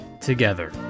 together